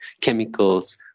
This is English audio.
chemicals